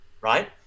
right